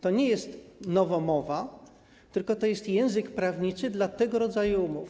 To nie jest nowomowa, tylko to jest język prawniczy dla tego rodzaju umów.